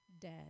dead